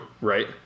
right